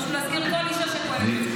צריך להזכיר כל אישה שפועלת,